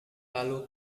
lalu